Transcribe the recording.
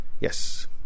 Yes